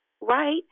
right